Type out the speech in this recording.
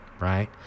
Right